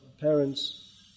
Parents